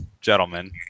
gentlemen